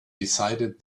decided